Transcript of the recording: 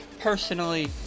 personally